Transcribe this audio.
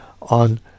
on